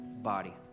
Body